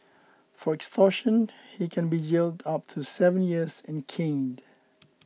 for extortion he can be jailed up to seven years and caned